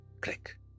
Click